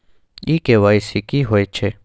इ के.वाई.सी की होय छै?